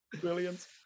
Brilliant